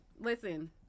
listen